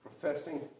professing